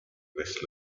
west